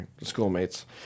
schoolmates